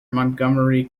montgomery